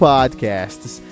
Podcasts